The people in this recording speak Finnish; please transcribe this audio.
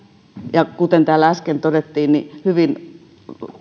ja kuten täällä äsken todettiin niin hyvin